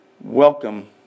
welcome